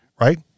right